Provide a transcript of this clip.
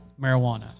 marijuana